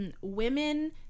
women